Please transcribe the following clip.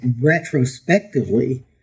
retrospectively